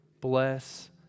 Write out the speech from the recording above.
bless